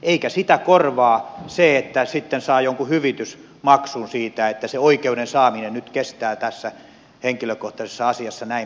eikä sitä korvaa se että sitten saa jonkun hyvitysmaksun siitä että se oikeuden saaminen nyt kestää tässä henkilökohtaisessa asiassa näin paljon